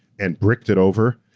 and bricked it over,